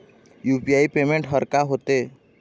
UPI payment हर का होते?